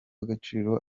agaciro